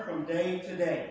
from day to day